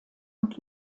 und